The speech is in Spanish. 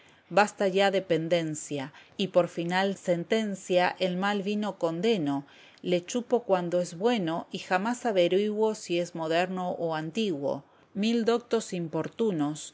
basta ya de pendencia y por final sentencia el mal vino condeno le chupo cuando es bueno y jamás averiguo si es moderno o antiguo mil doctos importunos